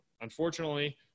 Unfortunately